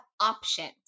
options